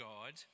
God